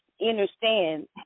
understand